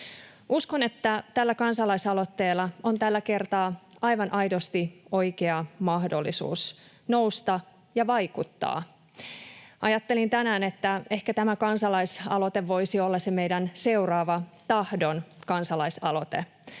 Uskon, että tällä kansalaisaloitteella on tällä kertaa aivan aidosti oikea mahdollisuus nousta ja vaikuttaa. Ajattelin tänään, että ehkä tämä kansalaisaloite voisi olla se meidän seuraava Tahdon-kansalaisaloite,